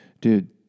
dude